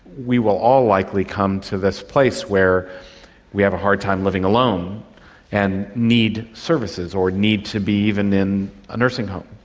we will all likely come to this place where we have a hard time living alone and need services or need to be even in a nursing home.